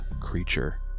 creature